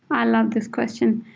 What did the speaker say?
i love this question.